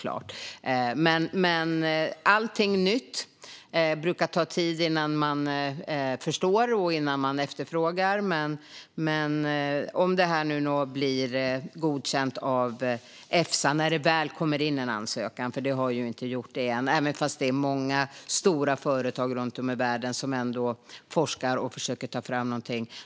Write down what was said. Men med allting nytt brukar det ta tid innan man förstår och efterfrågar det. Någon ansökan har ännu inte kommit in, även om det är många stora företag runt om i världen som forskar och försöker ta fram någonting.